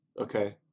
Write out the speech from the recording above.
Okay